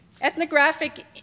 ethnographic